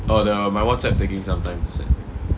oh ya my Whatsapp taking some time to send